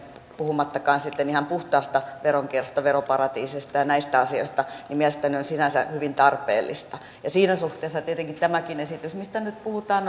puhumattakaan sitten ihan puhtaasta veronkierrosta veroparatiiseista ja näistä asioista on sinänsä hyvin tarpeellinen siinä suhteessa tietenkin tämäkin esitys mistä nyt puhutaan